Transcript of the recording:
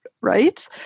right